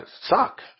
suck